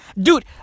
Dude